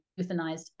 euthanized